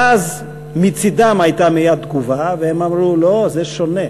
ואז מצדם הייתה מייד תגובה והם אמרו, לא, זה שונה,